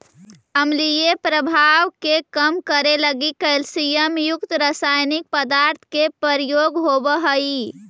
अम्लीय प्रभाव के कम करे लगी कैल्सियम युक्त रसायनिक पदार्थ के प्रयोग होवऽ हई